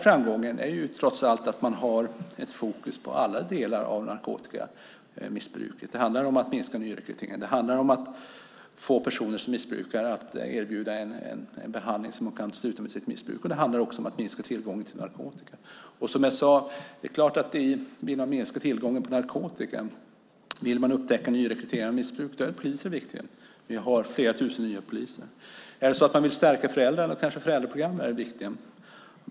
Framgången är trots allt att man har fokus på alla delar av narkotikamissbruket. Det handlar om att minska nyrekryteringen. Det handlar om att kunna erbjuda personer som är missbrukare en behandling så att de kan sluta med sitt missbruk. Det handlar också om att minska tillgången till narkotika. Om man vill minska tillgången till narkotika och om man vill upptäcka nyrekryteringen av missbrukare är poliser viktiga. Vi har flera tusen nya poliser. Om man vill stärka föräldrarna kanske föräldraprogram är viktiga.